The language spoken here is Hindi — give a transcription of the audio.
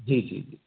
जी जी जी